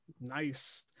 nice